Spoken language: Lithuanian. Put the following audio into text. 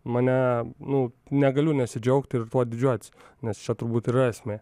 mane nu negaliu nesidžiaugti ir tuo didžiuotis nes čia turbūt ir yra esmė